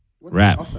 Rap